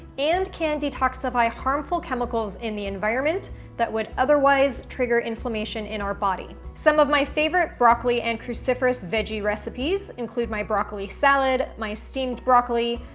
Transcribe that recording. and can detoxify harmful chemicals in the environment that would otherwise trigger inflammation in our body. some of my favorite broccoli and cruciferous veggie recipes include my broccoli salad, my steamed broccoli,